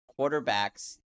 quarterbacks